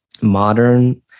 modern